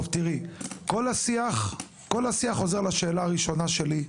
טוב, תראי, כל השיח חוזר לשאלה הראשונה שלי.